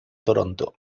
toronto